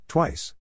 Twice